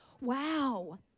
Wow